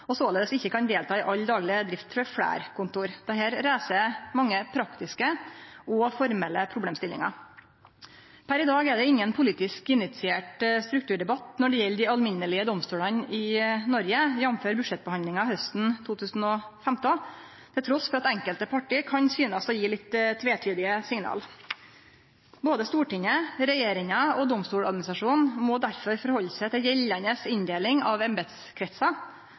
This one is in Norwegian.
og såleis ikkje kan delta i all dagleg drift for fleire kontor. Dette reiser mange praktiske og formelle problemstillingar. Per i dag er det ingen politisk initiert strukturdebatt når det gjeld dei alminnelege domstolane i Noreg, jf. budsjettbehandlinga hausten 2015, trass i at enkelte partar kan synast å gje litt tvitydige signal. Både Stortinget, regjeringa og Domstoladministrasjonen må derfor rette seg etter gjeldande inndeling av